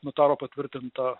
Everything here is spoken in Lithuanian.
notaro patvirtintą